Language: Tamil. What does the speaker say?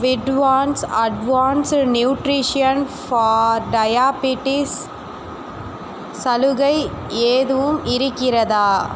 வீட்டுவான்ஸ் அட்வான்ஸ்டு நியூட்ரிஷியன் ஃபார் டயாபெட்டீஸ் சலுகை ஏதுவும் இருக்கிறதா